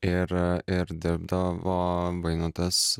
ir ir dirbdavo vainotas